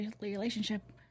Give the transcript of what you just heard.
relationship